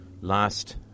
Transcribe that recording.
last